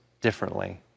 differently